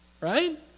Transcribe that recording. right